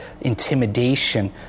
intimidation